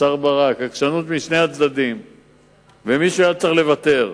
השר ברק, ומישהו היה צריך לוותר.